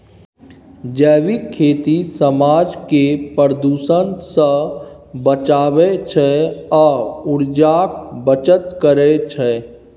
जैबिक खेती समाज केँ प्रदुषण सँ बचाबै छै आ उर्जाक बचत करय छै